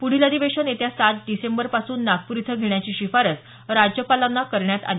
पुढील अधिवेशन येत्या सात डिसेंबरपासून नागपूर इथं घेण्याची शिफारस राज्यपालांना करण्यात आली